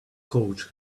coach